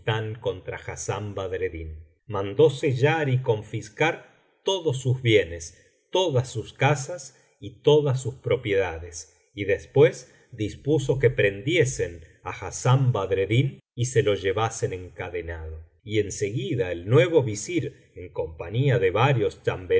contra hassán badreddin mandó sellar y confiscar todos sus bienes tocias sus caísas y todas sus propiedades y después dispuso que prendiesen á hassán badreddin y se lo llevasen encadenado y en seguida el nuevo visir en compañía de varios